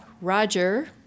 Roger